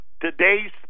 Today's